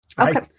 Okay